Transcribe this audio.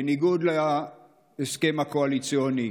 בניגוד להסכם הקואליציוני,